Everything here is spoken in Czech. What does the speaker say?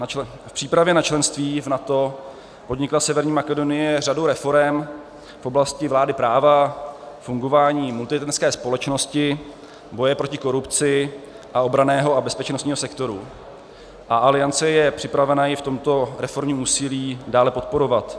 V přípravě na členství v NATO podnikla Severní Makedonie řadu reforem v oblasti vlády práva, fungování multietnické společnosti, boje proti korupci a obranného a bezpečnostního sektoru a Aliance je připravena ji v tomto reformním úsilí dále podporovat.